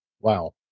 Wow